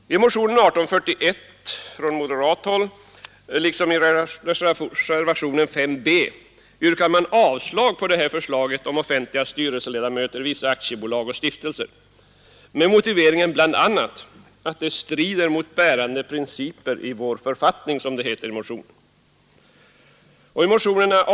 I motionen 1841 från moderat håll liksom i reservationen 5 b yrkas avslag på förslaget om offentliga styrelseledamöter i vissa aktiebolag och stifteiser, med bl.a. den motiveringen att detta strider mot bärande principer i vår författning, som det heter i motionen.